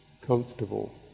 comfortable